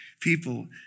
people